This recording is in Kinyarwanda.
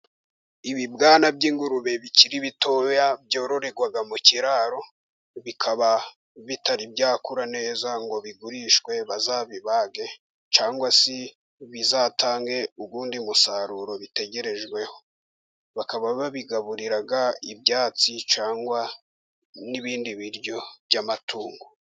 Ibibwana by'ingurube bikiri bitoya byororerwa mu kiraro, bikaba bitari byakura neza ngo bigurishwe, bazabibage cyangwa se bizatange undi musaruro bitegerejweho, bakaba babigaburira ibyatsi, cyangwa n'ibindi biryo by'amatungo.